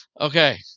Okay